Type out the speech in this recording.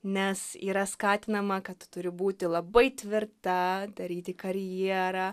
nes yra skatinama kad turi būti labai tvirta daryti karjerą